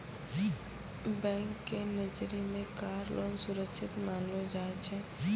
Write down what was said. bank के नजरी मे कार लोन सुरक्षित मानलो जाय छै